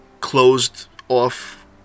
closed-off